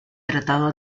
tratado